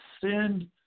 send